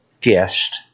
guest